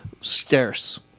scarce